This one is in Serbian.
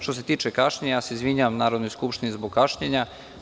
Što se tiče kašnjenja, izvinjavam se Narodnoj skupštini zbog kašnjenja.